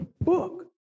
book